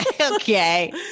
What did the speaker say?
Okay